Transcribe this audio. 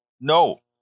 no